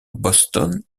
boston